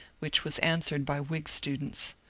which was answered by whig students.